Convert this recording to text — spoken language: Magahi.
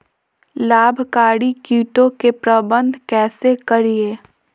लाभकारी कीटों के प्रबंधन कैसे करीये?